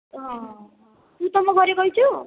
ହଁ ହଁ ତୁ ତୁମ ଘରେ କହିଛୁ